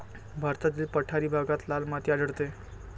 भारतातील पठारी भागात लाल माती आढळते